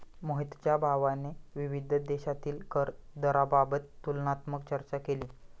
मोहितच्या भावाने विविध देशांतील कर दराबाबत तुलनात्मक चर्चा केली